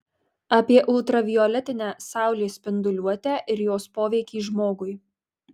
apie ultravioletinę saulės spinduliuotę ir jos poveikį žmogui